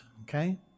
okay